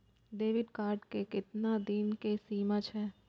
Debit card के केतना दिन के सीमा छै?